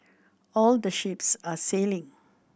all the ships are sailing